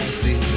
see